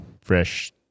fresh